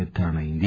నిర్గారణ అయింది